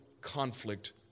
conflict